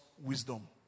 wisdom